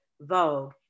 Vogue